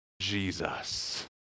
Jesus